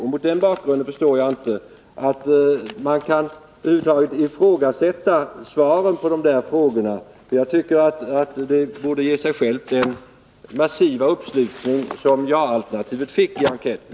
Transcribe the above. Mot den bakgrunden förstår jag inte att man över huvud taget kan ifrågasätta svaren på de där frågorna. Jag tycker att slutsatsen borde ge sig själv genom den massiva uppslutning som jaalternativet fick i enkäten.